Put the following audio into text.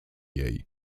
jej